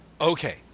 Okay